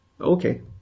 Okay